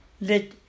Let